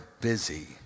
busy